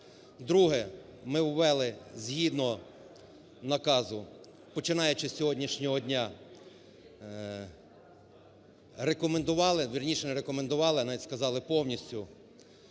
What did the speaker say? Друге. Ми ввели згідно наказу, починаючи з сьогоднішнього дня, рекомендували, вірніше, не рекомендували, а навіть сказали повністю